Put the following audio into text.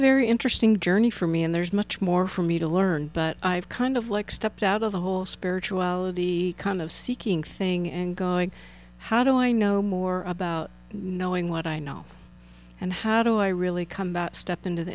very interesting journey for me and there's much more for me to learn but i've kind of like stepped out of the whole spirituality kind of seeking thing and going how do i know more about knowing what i know and how do i really come back step into the